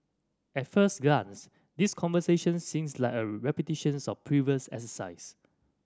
at first glance these conversations seems like a repetitions of previous exercise